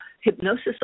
Hypnosis